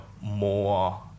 more